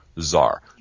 czar